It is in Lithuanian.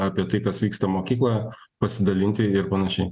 apie tai kas vyksta mokykloje pasidalinti ir panašiai